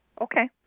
Okay